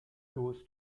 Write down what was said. goes